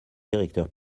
directeur